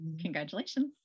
Congratulations